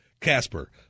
Casper